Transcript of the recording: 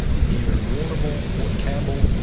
in the area of warrnambool, port campbell,